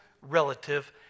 relative